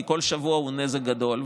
כי כל שבוע הוא נזק גדול.